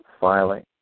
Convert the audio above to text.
filing